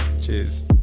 Cheers